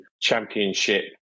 Championship